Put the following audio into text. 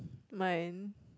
mine